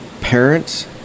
parents